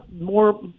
more